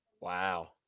Wow